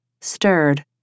stirred